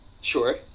Sure